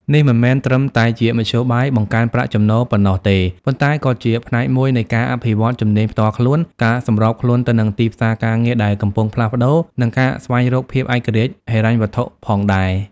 នេះមិនមែនត្រឹមតែជាមធ្យោបាយបង្កើនប្រាក់ចំណូលប៉ុណ្ណោះទេ ប៉ុន្តែក៏ជាផ្នែកមួយនៃការអភិវឌ្ឍជំនាញផ្ទាល់ខ្លួន ការសម្របខ្លួនទៅនឹងទីផ្សារការងារដែលកំពុងផ្លាស់ប្តូរ និងការស្វែងរកភាពឯករាជ្យហិរញ្ញវត្ថុផងដែរ។